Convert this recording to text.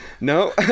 no